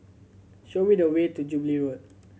show me the way to Jubilee Road